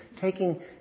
taking